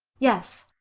yes.